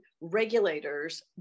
regulators